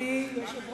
גם את חוטובלי.